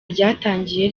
ryatangiye